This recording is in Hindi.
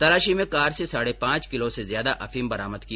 तलाशी में कार से साढे पांच किलो से ज्यादा अफीम बरामद की